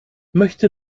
möchte